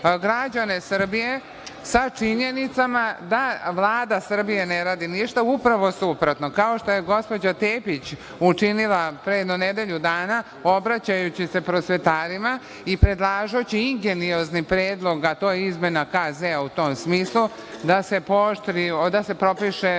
građane Srbije sa činjenicama da Vlada Srbije ne radi ništa, upravo suprotno, kao što je gospođa Tepić, učinila pre jedno nedelju dana obraćajući se prosvetarima i predlažući ingenizioni predlog, a to je izmena KZ u tom smislu da se potpiše